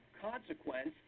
consequence